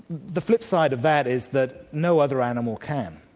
the flipside of that is that no other animal can.